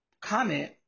comment